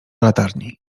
latarni